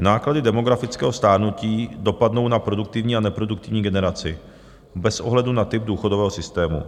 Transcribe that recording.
Náklady demografického stárnutí dopadnou na produktivní a neproduktivní generaci bez ohledu na typ důchodového systému.